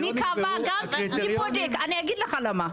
אני אגיד לך למה.